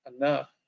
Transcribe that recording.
enough